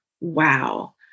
wow